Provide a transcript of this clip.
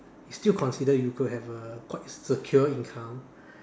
it's still considered you could have a quite secure income